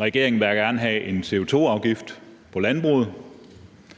regeringen vil gerne have en CO2-afgift på landbruget.